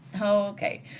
Okay